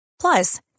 Plus